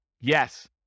Yes